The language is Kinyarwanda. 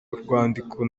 urwandiko